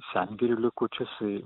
sengrių likučius į